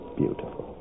beautiful